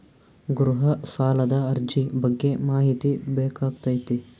ಗೃಹ ಸಾಲದ ಅರ್ಜಿ ಬಗ್ಗೆ ಮಾಹಿತಿ ಬೇಕಾಗೈತಿ?